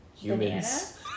Humans